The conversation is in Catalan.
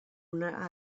una